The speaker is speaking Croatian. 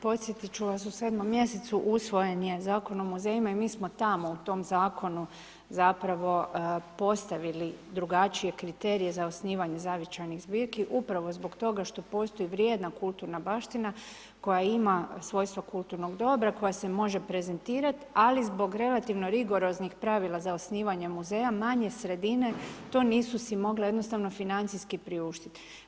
Podsjetit ću vas, u 7. mjesecu usvojen je Zakon o muzejima i mi smo tamo u tom zakonu zapravo postavili drugačije kriterije za osnivanje zavičajnih zbirki upravo zbog toga što postoji vrijedna kulturna baština koja ima svojstvo kulturnog dobra koje se može prezentirat, ali zbog relativno rigoroznih pravila za osnivanjem muzeja, manje sredine to nisu si mogle jednostavno financijski priuštit.